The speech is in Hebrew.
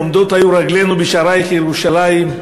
עומדות היו רגלינו בשערייך ירושלים,